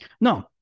No